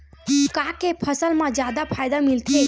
का के फसल मा जादा फ़ायदा मिलथे?